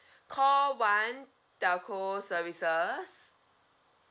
call one telco services